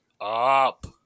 up